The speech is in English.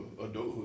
adulthood